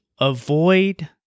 avoid